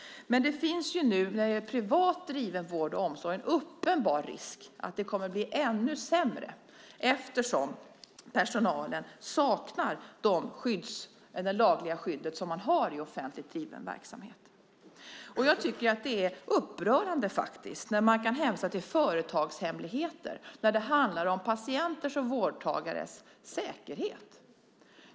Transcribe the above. Men det finns när det gäller privat driven vård och omsorg en uppenbar risk att det kommer att bli ännu sämre, eftersom personalen saknar det lagliga skydd som man har i offentligt driven verksamhet. Jag tycker att det är upprörande att man kan hänvisa till företagshemligheter när det handlar om patienters och vårdtagares säkerhet.